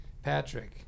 Patrick